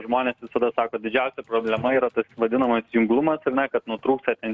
žmonės visada sako didžiausia problema yra vadinamas junglumas ar ne kad nutrūksta ten